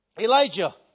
Elijah